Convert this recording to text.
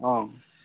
অঁ